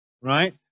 right